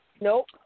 Nope